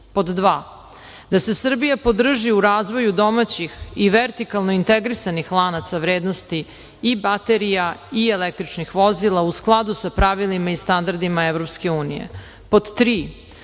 da se Srbija podrži u razvoju domaćih i vertikalnih integrisanih lanaca vrednosti i baterija i električnih vozila u skladu sa pravilima i standardima EU.Pod